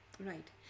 Right